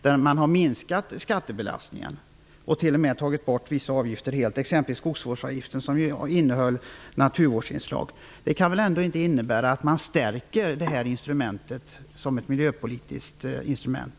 Man har där minskat skattebelastningen och t.o.m. helt tagit bort vissa avgifter, exempelvis skogsvårdsavgiften, som hade naturvårdsinslag. Detta kan väl ändå inte innebära att man stärker detta miljöpolitiska instrument.